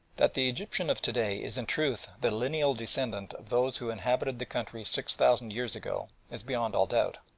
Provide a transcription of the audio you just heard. that the egyptian of to-day is in truth the lineal descendant of those who inhabited the country six thousand years ago is beyond all doubt.